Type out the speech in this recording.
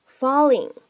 falling